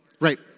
Right